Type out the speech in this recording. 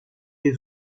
des